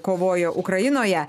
kovoja ukrainoje